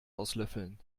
auslöffeln